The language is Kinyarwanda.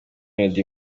melody